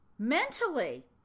Mentally